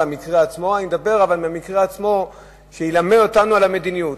אבל שהמקרה ילמד אותנו על המדיניות,